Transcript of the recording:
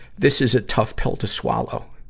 this is a tough pill to swallow.